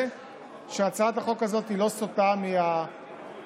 שהצעת החוק הזאת לא סוטה מהעקרונות.